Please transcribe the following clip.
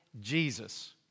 Jesus